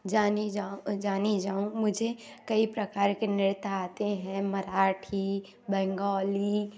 जानी जाऊँ जानी जाऊँ मुझे कई प्रकार के नृत्य आते हैं मराठी बंगाली